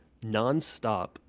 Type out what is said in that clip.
nonstop